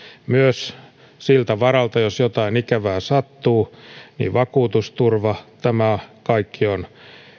ja siltä varalta jos jotain ikävää sattuu myös vakuutusturva tämä kaikki on